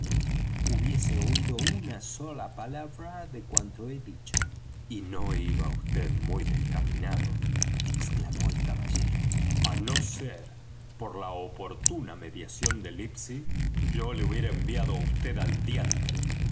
hubiese oído una sola palabra de cuanto he dicho y no iba vd muy descaminado exclamó el caballero á no ser por la oportuna mediación de livesey yo le hubiera enviado á vd al diantre